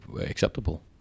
acceptable